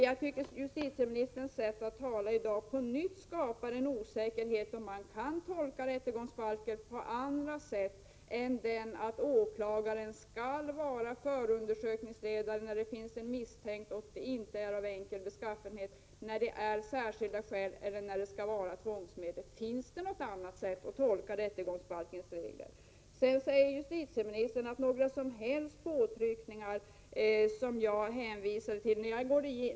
Jag tycker justitieministerns sätt att tala i dag på nytt skapar en osäkerhet, om man kan tolka rättegångsbalken på andra sätt än att åklagaren skall vara förundersökningsledare när det finns en misstänkt och fallet inte är av enkel beskaffenhet, när det inte finns särskilda skäl och när det inte gäller tvångsmedel. Finns det något annat sätt att tolka rättegångsbalkens regler? Justitieministern bestrider vidare att några som helst påtryckningar har skett, vilket jag hänvisat till.